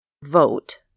Vote